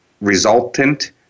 resultant